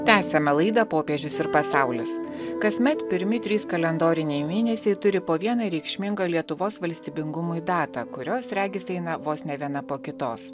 tęsiame laidą popiežius ir pasaulis kasmet pirmi trys kalendoriniai mėnesiai turi po vieną reikšmingą lietuvos valstybingumui datą kurios regis eina vos ne viena po kitos